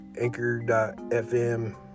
anchor.fm